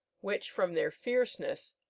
which, from their fierceness,